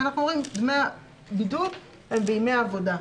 אנחנו אומרים שדמי הבידוד הם בימי עבודה.